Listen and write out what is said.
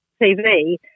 TV